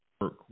work